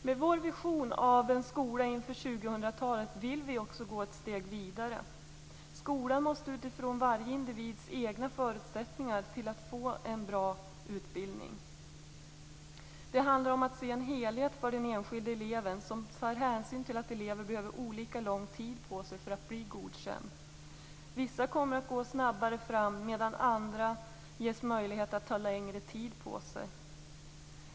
Med vår vision av en skola inför 2000-talet vill vi också gå ett steg vidare. Skolan måste utgå från varje individs egna förutsättningar att få en bra utbildning. Det handlar om att se en helhet för den enskilde eleven, som tar hänsyn till att elever behöver olika lång tid på sig för att bli godkända. Vissa kommer att gå snabbare fram medan andra ges möjlighet att ta längre tid på sig.